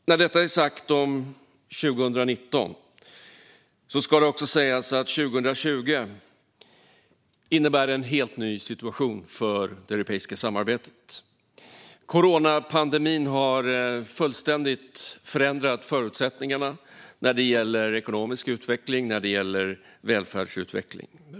När detta är sagt om 2019 ska det också sägas att 2020 innebär en helt ny situation för det europeiska samarbetet. Coronapandemin har fullständigt förändrat förutsättningarna när det gäller ekonomisk utveckling och välfärdsutveckling.